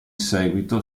seguito